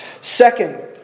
Second